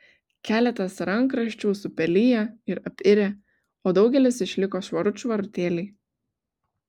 keletas rankraščių supeliję ir apirę o daugelis išliko švarut švarutėliai